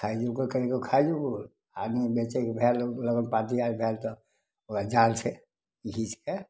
खाइयोके कनिक खाइयो आदमी बेचैके भेल लगन पार्टी आर भैल तऽ ओहि जाल से घीचके